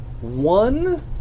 one